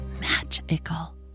magical